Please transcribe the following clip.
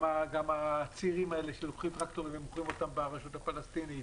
גם הצעירים האלה שלוקחים טרקטורים ומוכרים אותם ברשות הפלסטינית.